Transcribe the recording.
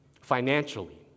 financially